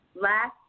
Last